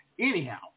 Anyhow